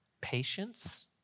Patience